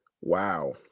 Wow